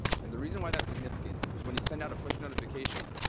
and the reason why that's significant is when you send out a push notification,